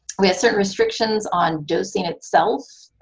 we have certain restrictions on dosing itself.